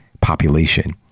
population